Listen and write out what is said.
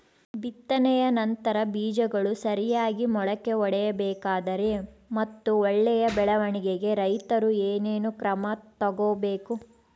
ಬಿತ್ತನೆಯ ನಂತರ ಬೇಜಗಳು ಸರಿಯಾಗಿ ಮೊಳಕೆ ಒಡಿಬೇಕಾದರೆ ಮತ್ತು ಒಳ್ಳೆಯ ಬೆಳವಣಿಗೆಗೆ ರೈತರು ಏನೇನು ಕ್ರಮ ತಗೋಬೇಕು?